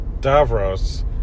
Davros